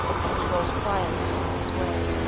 and he goes quietly on his way.